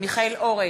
מיכאל אורן,